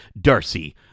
Darcy